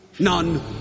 None